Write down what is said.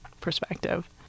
perspective